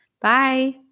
bye